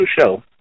show